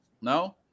No